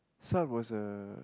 Salt was a